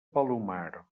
palomar